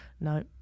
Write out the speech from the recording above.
no